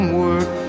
work